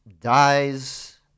dies